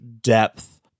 depth